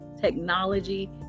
Technology